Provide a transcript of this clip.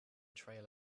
trail